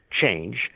change